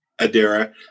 Adara